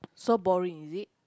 so boring is it